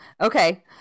okay